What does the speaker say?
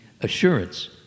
assurance